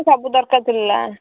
ସବୁ ଦରକାର ଥିଲା